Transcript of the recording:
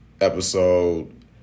episode